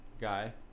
guy